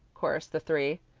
chorused the three.